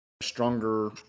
stronger